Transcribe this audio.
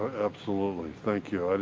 absolutely, thank you,